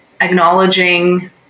acknowledging